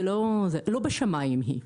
זה לא זה, לא בשמיים היא.